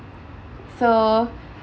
so